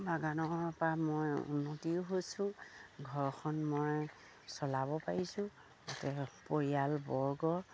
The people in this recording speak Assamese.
বাগানৰ পৰা মই উন্নতিও হৈছোঁ ঘৰখন মই চলাব পাৰিছোঁ গতে পৰিয়ালবৰ্গ